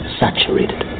saturated